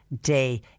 day